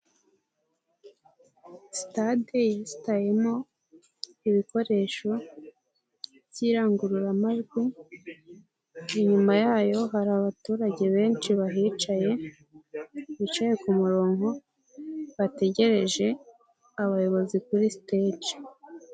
Sitade yesitayemo ibikoresho by'irangururamajwi, inyuma yayo hari abaturage benshi bahicaye bicaye ku murongo bategereje abayobozi kuri sitaje.